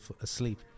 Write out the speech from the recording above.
asleep